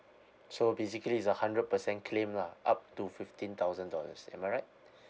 so basically it's a hundred percent claim lah up to fifteen thousand dollars am I right